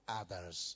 others